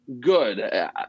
Good